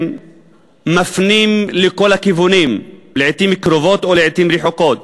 מפנים לכל הכיוונים לעתים קרובות או לעתים רחוקות.